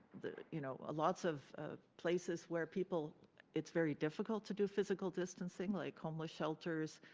you know lots of ah places where people it's very difficult to do physical distancing, like homeless shelters,